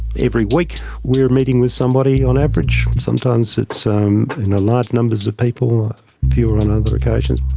every week we're meeting with somebody on average sometimes it's um large numbers of people or fewer on other occasions.